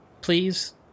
please